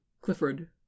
clifford